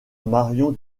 marion